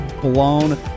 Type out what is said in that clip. blown